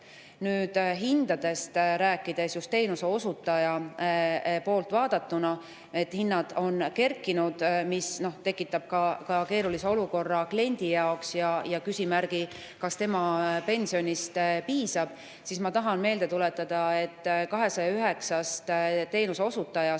Hindadest rääkides, just teenuse osutaja poolt vaadatuna: hinnad on kerkinud, mis tekitab keerulise olukorra kliendi jaoks ja küsimärgi, kas tema pensionist piisab. Ma tahan meelde tuletada, et 209 teenuseosutajast